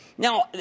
Now